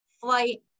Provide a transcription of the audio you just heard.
flight